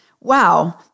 wow